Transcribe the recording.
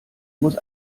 muss